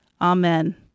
Amen